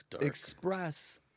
express